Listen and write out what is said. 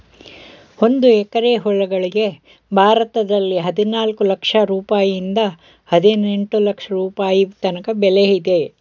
ಒಂದು ಎಕರೆ ಹೊಲಗಳಿಗೆ ಭಾರತದಲ್ಲಿ ಹದಿನಾಲ್ಕು ಲಕ್ಷ ರುಪಾಯಿಯಿಂದ ಹದಿನೆಂಟು ಲಕ್ಷ ರುಪಾಯಿ ತನಕ ಬೆಲೆ ಇದೆ